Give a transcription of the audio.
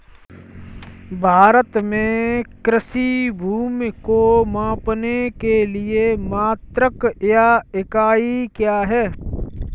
भारत में कृषि भूमि को मापने के लिए मात्रक या इकाई क्या है?